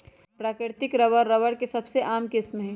प्राकृतिक rubber, rubber के सबसे आम किस्म हई